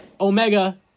Omega